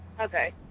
Okay